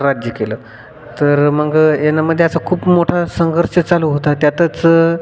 राज्य केलं तर मग येनामध्ये असा खूप मोठा संघर्ष चालू होता त्यातच